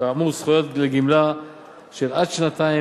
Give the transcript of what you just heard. כאמור זכויות לגמלה לתקופה של עד שנתיים